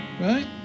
right